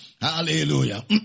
Hallelujah